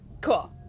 Cool